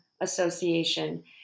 association